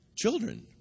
Children